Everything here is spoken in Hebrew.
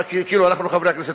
חברי הכנסת,